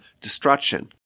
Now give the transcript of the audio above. destruction